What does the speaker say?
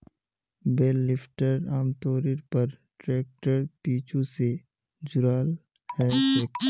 बेल lifter आमतौरेर पर ट्रैक्टरेर पीछू स जुराल ह छेक